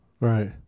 Right